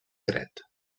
dret